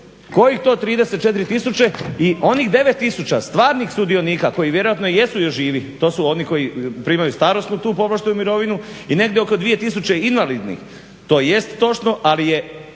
kojih to 34000 i onih 9000 stvarnih sudionika koji vjerojatno jesu još živi to su oni koji primaju starosnu tu povlaštenu mirovinu i negdje oko 2000 invalidnih. To jest točno, ali je